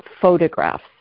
photographs